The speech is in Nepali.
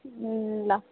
ल